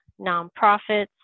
nonprofits